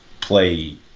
play